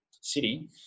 city